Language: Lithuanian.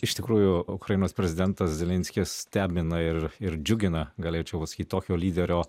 iš tikrųjų ukrainos prezidentas zelenskis stebina ir ir džiugina galėčiau pasakyt tokio lyderio